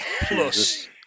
plus